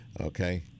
Okay